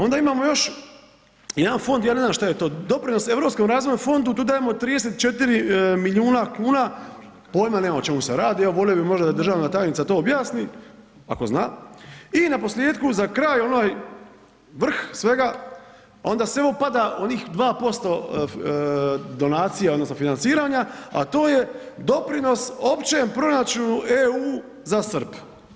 Onda imamo još jedan fond, ja ne znam šta je to, doprinos Europskom razvojnom fondu, tu dajemo 34 milijuna kuna, pojma nemam o čemu se radi, evo volio bi možda da državna tajnica to objasni ako zna, i naposljetku za kraj onaj vrh svega, onda ... pada onih 2% donacija odnosno financiranja a to je doprinos općem proračunu EU za SRP.